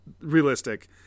realistic